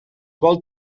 vol